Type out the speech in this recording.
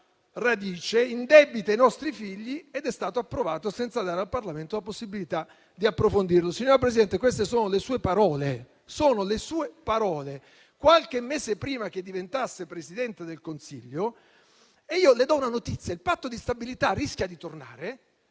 indebita i nostri figli ed è stato approvato senza dare al Parlamento la possibilità di approfondirlo. Signora Presidente, queste sono le sue parole, qualche mese prima che diventasse Presidente del Consiglio. Le do una notizia: il Patto di stabilità rischia di tornare,